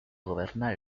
gobernar